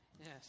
yes